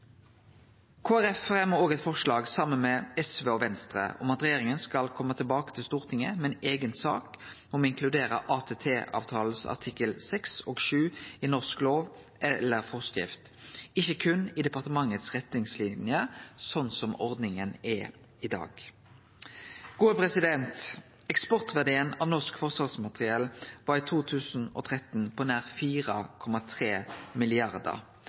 eit forslag saman med SV og Venstre om at regjeringa skal kome tilbake til Stortinget med ei eiga sak om å inkludere artiklane 6 og 7 i ATT-avtalen i norsk lov eller forskrift – ikkje berre i retningslinjene frå departementet, slik ordninga er i dag. Eksportverdien av norsk forsvarsmateriell var i 2013 på nær 4,3